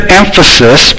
emphasis